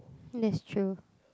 that's true